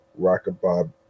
Rockabob